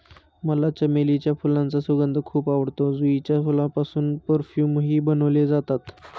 मला चमेलीच्या फुलांचा सुगंध खूप आवडतो, जुईच्या फुलांपासून परफ्यूमही बनवले जातात